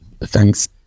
Thanks